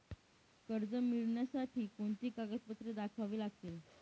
कर्ज मिळण्यासाठी कोणती कागदपत्रे दाखवावी लागतील?